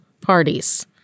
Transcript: parties